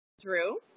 drew